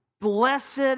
blessed